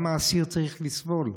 אז למה האסיר צריך לסבול?